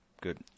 good